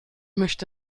möchte